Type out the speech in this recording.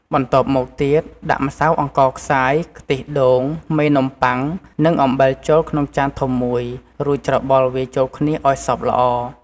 បន្ទាប់មកទៀត ដាក់ម្សៅអង្ករខ្សាយ ខ្ទិះដូង មេនំប៉័ង និងអំបិលចូលក្នុងចានធំមួយ រួចច្របល់វាចូលគ្នាឱ្យសព្វល្អ។